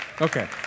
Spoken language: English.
Okay